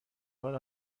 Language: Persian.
حال